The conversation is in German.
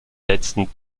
letzten